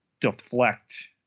deflect